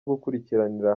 gukurikiranira